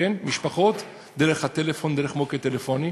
משפחות, דרך הטלפון, דרך מוקד טלפוני.